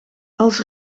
als